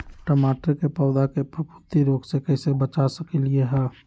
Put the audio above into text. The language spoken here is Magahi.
टमाटर के पौधा के फफूंदी रोग से कैसे बचा सकलियै ह?